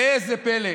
ראה זה פלא,